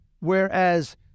Whereas